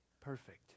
perfect